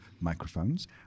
microphones